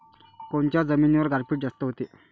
कोनच्या जमिनीवर गारपीट जास्त व्हते?